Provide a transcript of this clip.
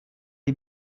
die